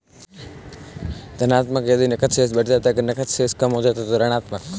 धनात्मक यदि नकद शेष बढ़ता है, अगर नकद शेष कम हो जाता है तो ऋणात्मक